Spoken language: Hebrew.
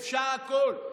אפשר הכול.